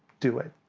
do it!